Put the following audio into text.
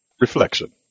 Reflection